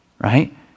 right